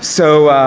so,